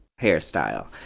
hairstyle